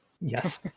Yes